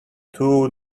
two